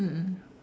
mm mm